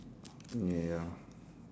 ya